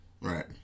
Right